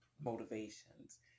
motivations